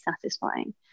satisfying